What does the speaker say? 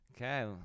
Okay